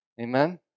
Amen